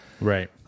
Right